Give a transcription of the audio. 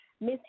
Miss